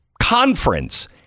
conference